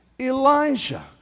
Elijah